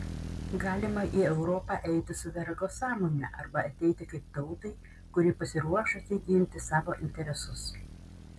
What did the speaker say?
galima į europą eiti su vergo sąmone arba ateiti kaip tautai kuri pasiruošusi ginti savo interesus